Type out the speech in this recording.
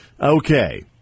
Okay